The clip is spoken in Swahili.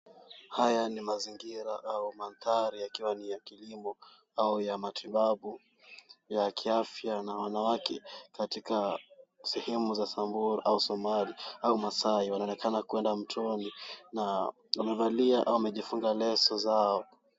Haya ni mazingira au madhaari yakiwa ni ya kilimo au ya matibabu ya kiafya na wanawake katika sehemu za Samburu au Somali au Maasai wanaonekana kuenda mtoni na wamevalia au wamejifunga leso zao.